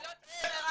איך?